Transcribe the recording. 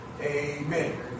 Amen